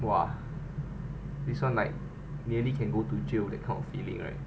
!wah! this one like nearly can go to jail that kind of feeling right